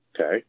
okay